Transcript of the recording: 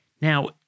Now